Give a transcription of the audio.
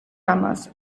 ramas